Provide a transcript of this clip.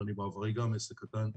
ואני בעברי גם עסק קטן,